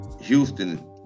Houston